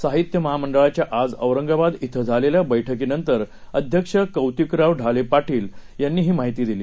साहित्य महामंडळाच्या आज औरंगाबाद िं झालेल्या बैठकीनंतर अध्यक्ष कौतिकराव ठाले पाटील यांनी ही माहिती दिली